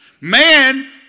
Man